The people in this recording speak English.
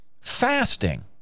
fasting